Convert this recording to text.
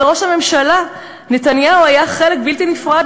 הרי ראש הממשלה נתניהו היה חלק בלתי נפרד